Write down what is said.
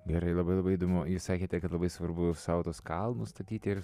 gerai labai labai įdomu jūs sakėte kad labai svarbu sau tuos kalnus statyti ir